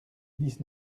dix